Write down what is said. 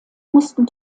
mussten